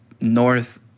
North